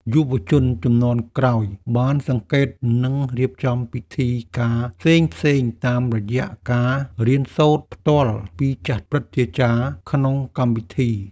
យុវជនជំនាន់ក្រោយបានសង្កេត និងរៀបចំពិធីការផ្សេងៗតាមរយៈការរៀនសូត្រផ្ទាល់ពីចាស់ព្រឹទ្ធាចារ្យក្នុងកម្មវិធី។